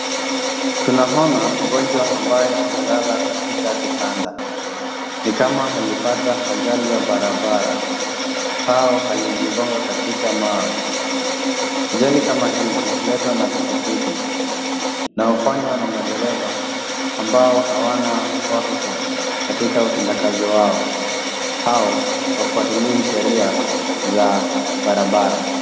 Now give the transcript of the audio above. Tunaona mgonjwa ambaye amelala katika kitanda, ni kama alipata ajali ya barabara au alijigonga katika mawe. Ajali kama hizi huletwa na pikipiki na hufanywa na madereva ambao hawana uhakika katika utendakazi wao au hawafuatili sheria za barabara.